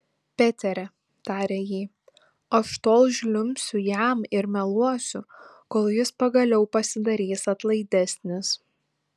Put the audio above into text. peteri tarė ji aš tol žliumbsiu jam ir meluosiu kol jis pagaliau pasidarys atlaidesnis